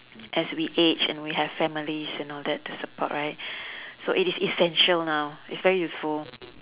as we age and we have families and all that to support right so it is essential now it's very useful